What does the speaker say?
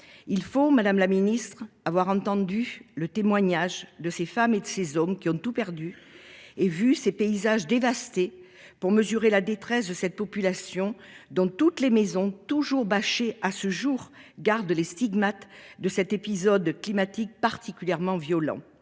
Il faut Madame la Ministre avoir entendu le témoignage de ces femmes et de ces hommes qui ont tout perdu et vu ses paysages dévastés pour mesurer la détresse de cette population dont toutes les maisons toujours bâchées à ce jour, garde les stigmates de cet épisode climatique, particulièrement violents